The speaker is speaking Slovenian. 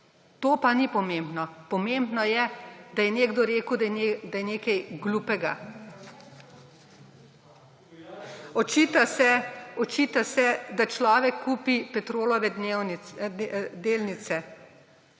To pa ni pomembno. Pomembno je, da je nekdo rekel, da je nekaj glupega. / nemir v dvorani/ Očita se, da človek kupi Petrolove delnice.